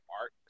art